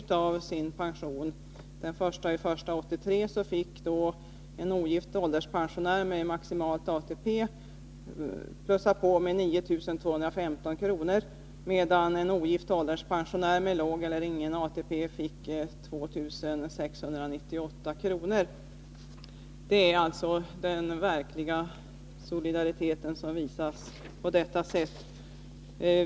Den 1 januari 1983 fick en ogift ålderspensionär med maximal ATP en höjning med 9 215 kr., medan en ogift ålderspensionär med låg eller ingen ATP fick 2698 kr. Så blev det i verkligheten med den solidaritet man talar om.